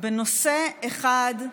בנושא אחד,